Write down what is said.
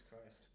Christ